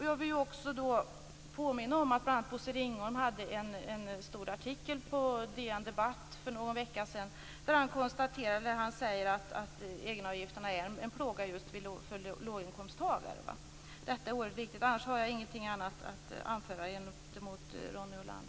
Jag vill också påminna om att Bosse Ringholm hade en stor artikel på DN Debatt för någon vecka sedan där han konstaterade att egenavgifterna är en plåga just för låginkomsttagare. Detta är oerhört viktigt. Annars har jag inget att anföra gentemot Ronny